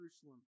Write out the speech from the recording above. Jerusalem